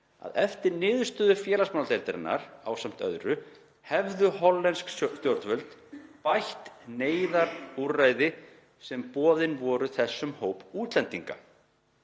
að eftir niðurstöðu félagsmálanefndarinnar (ásamt öðru) hefðu hollensk stjórnvöld bætt neyðarúrræði sem boðin voru þessum hópi útlendinga.